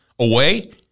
away